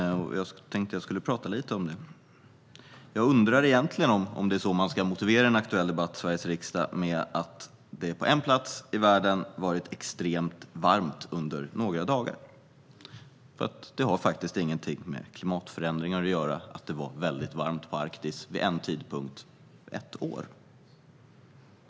Jag tänkte att jag skulle prata lite om det. Jag undrar egentligen om man ska motivera en aktuell debatt i Sveriges riksdag med att det på en plats i världen varit extremt varmt under några dagar, för det har faktiskt ingenting med klimatförändringar att göra att det var väldigt varmt i Arktis vid en tidpunkt ett år.